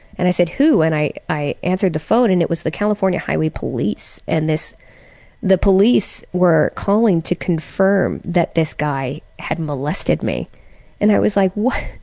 and i said, who? i i answered the phone and it was the california highway police and this the police were calling to confirm that this guy had molested me and i was like, what?